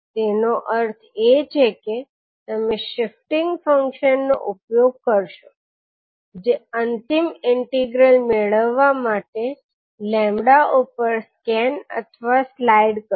તેનો અર્થ એ છે કે તમે શિફ્ટિંગ ફંક્શન નો ઉપયોગ કરશો જે અંતિમ ઇન્ટિગ્રલ મેળવવા માટે 𝜆 ઉપર સ્કેન અથવા સ્લાઇડ કરશે